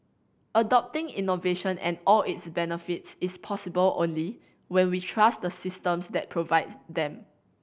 adopting innovation and all its benefits is possible only when we trust the systems that provide them